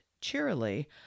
cheerily